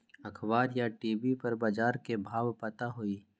अखबार या टी.वी पर बजार के भाव पता होई?